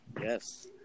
Yes